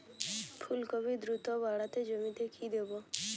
ফুলকপি দ্রুত বাড়াতে জমিতে কি দেবো?